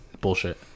Bullshit